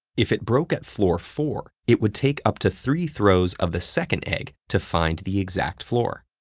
if it broke at floor four, it would take up to three throws of the second egg to find the exact floor.